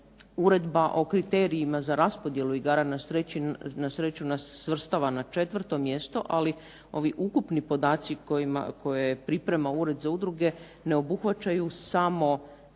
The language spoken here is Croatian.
Uredba o kriterijima za raspodjelu igara na sreću nas svrstava na 4. mjesto, ali ovi ukupni podaci koje priprema Ured za udruge ne obuhvaćaju samo